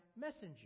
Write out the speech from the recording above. messenger